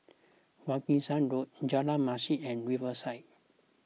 Wilkinson Road Jalan Masjid and Riverside